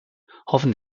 hoffen